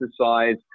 exercise